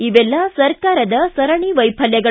ಇವೆಲ್ಲ ಸರ್ಕಾರದ ಸರಣಿ ವೈಫಲ್ಯಗಳು